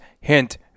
Hint